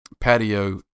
patio